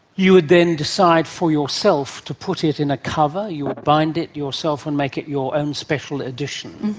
you would then decide for yourself to put it in a cover. you would bind it yourself and make it your own special edition.